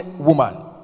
woman